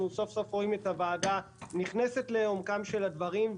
סוף-סוף רואים את הוועדה נכנסת לעומקם של הדברים.